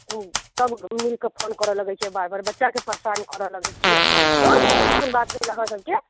सब मिलकऽ फोन करऽ लगैत छियै बार बार बच्चाके परेशान करऽ लगैत छियै अँ ई कोन बात भेल अहाँ सबकेँ